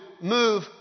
move